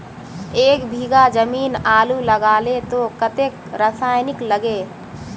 एक बीघा जमीन आलू लगाले तो कतेक रासायनिक लगे?